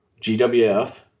GWF